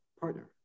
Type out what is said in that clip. partner